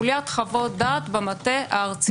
חוליית חוות דעת במטה הארצי.